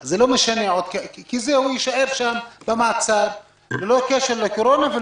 אז זה לא משנה כי הוא יישאר במעצר ללא קשר לקורונה.